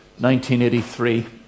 1983